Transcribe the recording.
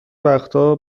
وقتا